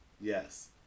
yes